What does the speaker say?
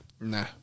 nah